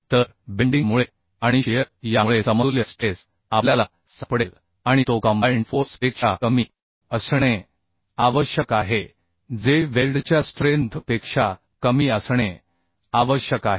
तर बेंडिंग मुळे आणि शिअर यामुळे समतुल्य स्ट्रेस आपल्याला सापडेल आणि तो कंबाइंड फोर्स पेक्षा कमी असणे आवश्यक आहे जे वेल्डच्या स्ट्रेंथ पेक्षा कमी असणे आवश्यक आहे